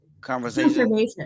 conversation